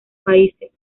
países